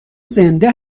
زنده